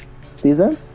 season